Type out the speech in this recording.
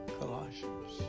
Colossians